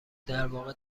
درواقع